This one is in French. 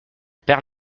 perds